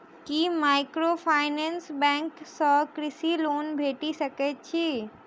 की microfinance bank सँ कृषि loan भेटि सकैत अछि?